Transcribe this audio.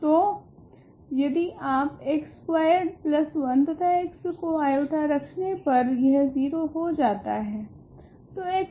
तो यदि आप x स्कूयार्ड 1 तथा x को i रखने पर यह 0 हो जाता है